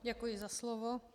Děkuji za slovo.